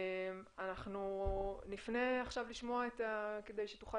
אנחנו נפנה עכשיו לשמוע --- אני יוצא,